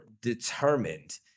determined